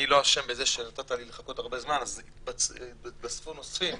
אני לא אשם בזה שנתת לי לחכות הרבה זמן והתווספו נושאים,